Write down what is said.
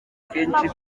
kenshi